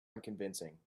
unconvincing